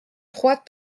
trois